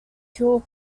kill